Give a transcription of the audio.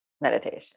meditation